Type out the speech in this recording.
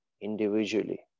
Individually